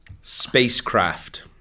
Spacecraft